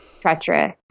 treacherous